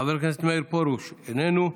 חבר הכנסת מאיר פרוש, איננו,